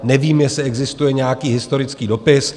Nevím, jestli existuje nějaký historický dopis.